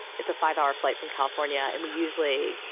it's a five hour flight from california and we usually,